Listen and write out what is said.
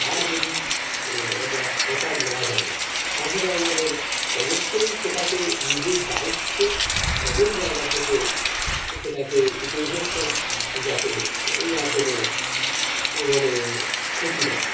আর যদি আমরা সাঁতার না জানি তাহলে আমাদের অবশ্যই সেটাকে নিজের দায়িত্বে এমন জায়গা থেকে সেটাকে উপভোগ করা যাতে না কোনো মানে ক্ষতি না হয়